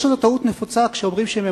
יש איזו טעות נפוצה כשאומרים שהשכר